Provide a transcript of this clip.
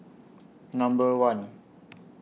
Number one